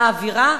האווירה?